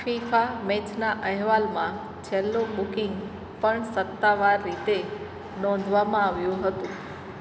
FIFA મેચના અહેવાલમાં છેલ્લું બુકિંગ પણ સત્તાવાર રીતે નોંધવામાં આવ્યું હતું